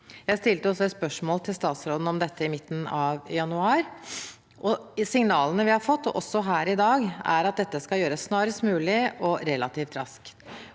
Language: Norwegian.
Jeg stilte også statsråden et spørsmål om dette i midten av januar, og signalene vi har fått, også her i dag, er at dette skal gjøres snarest mulig og relativt raskt.